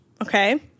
okay